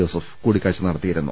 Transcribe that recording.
Joseph കൂടിക്കാഴ്ച നടത്തിയിരുന്നു